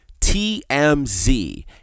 TMZ